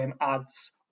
adds